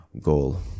goal